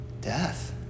death